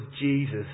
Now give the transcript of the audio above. Jesus